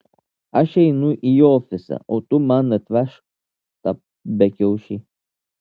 aš einu į ofisą o tu man atvežk tą bekiaušį